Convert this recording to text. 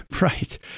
Right